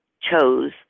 chose